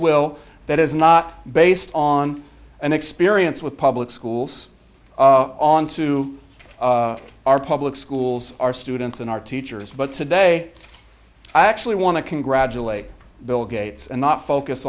will that is not based on an experience with public schools onto our public schools our students and our teachers but today i actually want to congratulate bill gates and not focus